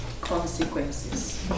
consequences